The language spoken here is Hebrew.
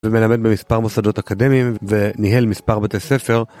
ומלמד במספר מוסדות אקדמיים וניהל מספר בתי ספר.